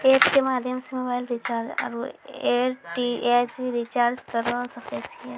App के माध्यम से mobile recharge or DTH recharge करऽ सके छी यो?